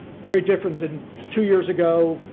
very different than two years ago,